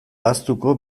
ahaztuko